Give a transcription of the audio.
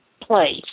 place